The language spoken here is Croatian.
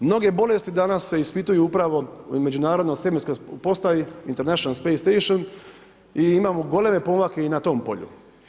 Mnoge bolesti danas se ispituju upravo u međunarodnoj svemirskoj postaji International space station i imamo goleme pomake i na tom polju.